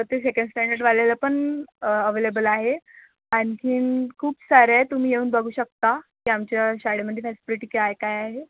तर ते सेकंड स्टँडर्डवाल्याला पण अव्हेलेबेल आहे आणखीन खूप सारे आहेत तुम्ही येऊन बघू शकता की आमच्या शाळेमधे फॅसिलिटी काय काय आहे